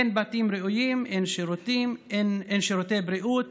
אין בתים ראויים, אין שירותים, אין שירותי בריאות